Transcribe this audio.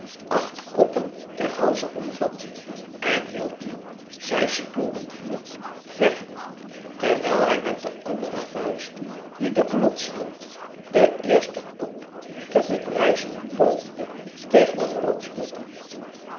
acht koppen ter halze omvat en hield die zij spuwden vuur verre terwijl hij met de anderen vuist die den knots hield den eersten kop te verbrijzelen poogde tegen een rotsblok